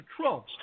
Trump